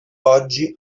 oggi